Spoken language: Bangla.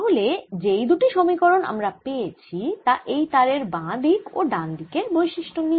তাহলে যেই দুটি সমীকরণ আমরা পেয়েছি তা এই তারের বাঁ দিক ও ডান দিকের বৈশিষ্ট নিয়ে